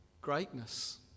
greatness